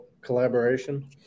collaboration